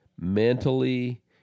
mentally